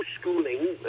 schooling